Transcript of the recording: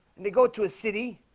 and they go to a city